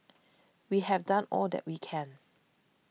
we have done all that we can